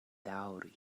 daŭri